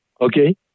okay